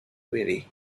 really